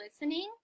listening